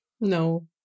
No